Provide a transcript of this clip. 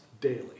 daily